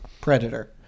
Predator